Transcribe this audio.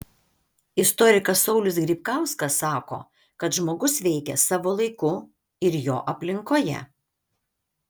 istorikas saulius grybkauskas sako kad žmogus veikia savo laiku ir jo aplinkoje